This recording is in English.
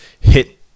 Hit